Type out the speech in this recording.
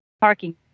parking